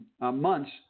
Months